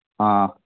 ആ